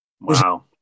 Wow